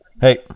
Hey